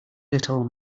little